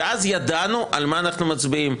ואז ידענו על מה אנחנו מצביעים.